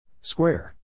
Square